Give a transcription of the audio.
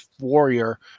warrior